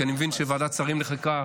כי אני מבין שוועדת שרים לחקיקה